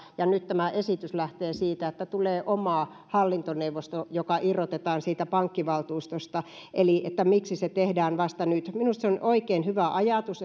ja nyt tämä esitys lähtee siitä että tulee oma hallintoneuvosto joka irrotetaan siitä pankkivaltuustosta eli miksi se tehdään vasta nyt minusta se on oikein hyvä ajatus